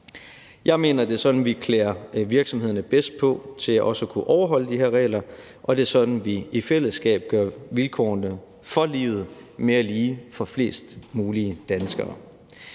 Jeg mener, det er sådan, vi klæder virksomheden bedst på til også at kunne overholde de her regler, og det er sådan, vi i fællesskab gør vilkårene for livet mere lige for flest mulige danskere.